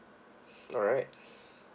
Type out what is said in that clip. alright